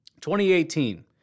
2018